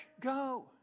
Go